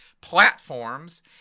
platforms